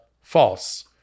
false